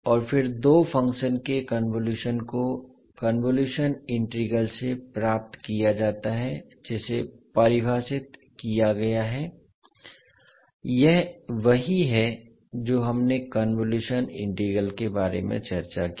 और फिर दो फंक्शन के कन्वोलुशन को कन्वोलुशन इंटीग्रल से प्राप्त किया जाता है जिसे परिभाषित किया गया है यह वही है जो हमने कन्वोलुशन इंटीग्रल के बारे में चर्चा की